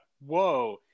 whoa